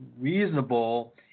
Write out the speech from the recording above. reasonable